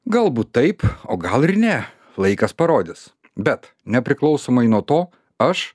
galbūt taip o gal ir ne laikas parodys bet nepriklausomai nuo to aš